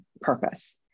purpose